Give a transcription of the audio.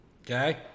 Okay